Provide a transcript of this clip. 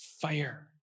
fire